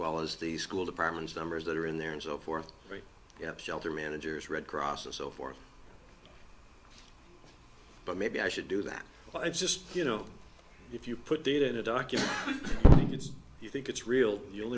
well as the school department numbers that are in there and so forth you have shelter managers red cross and so forth but maybe i should do that but i just you know if you put data in a document you think it's real you